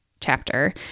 chapter